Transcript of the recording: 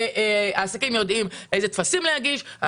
והעסקים יודעים איזה טפסים להגיש,